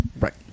Right